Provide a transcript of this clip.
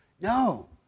No